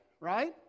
right